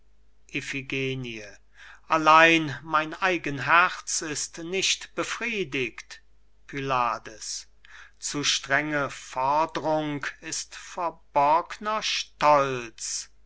allein mein eigen herz ist nicht befriedigt pylades zu strenge fordrung ist verborgner stolz